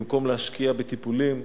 במקום להשקיע בטיפולים,